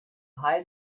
hide